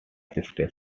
station